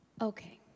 Okay